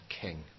king